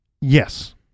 Yes